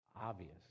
Obvious